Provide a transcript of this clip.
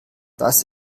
das